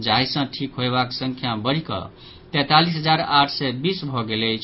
जाहि सँ ठीक होयबाक संख्या बढ़िकऽ तैतालिस हजार आठ भऽ गेल अछि